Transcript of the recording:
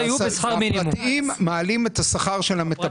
הפרטיים מעלים את השכר של המטפלות.